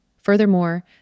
Furthermore